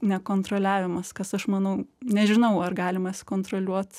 nekontroliavimas kas aš manau nežinau ar galima sukontroliuot